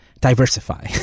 diversify